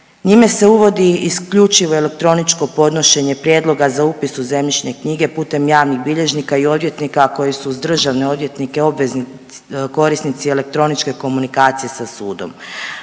Njime se uvodi isključivo elektroničko podnošenje prijedloga za upis u zemljišne knjige putem javnih bilježnika i odvjetnika, a koji su uz državne odvjetnike obvezni korisnici elektroničke komunikacije sa sudom.